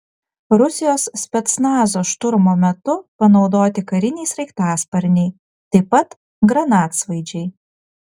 rusijos specnazo šturmo metu panaudoti kariniai sraigtasparniai taip pat granatsvaidžiai